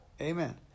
Amen